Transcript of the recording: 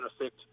effect